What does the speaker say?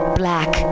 black